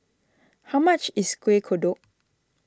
how much is Kueh Kodok